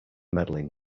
medaling